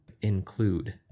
include